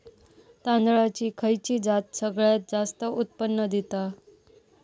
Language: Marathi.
तांदळाची खयची जात सगळयात जास्त उत्पन्न दिता?